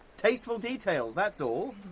tasteful details, that's all.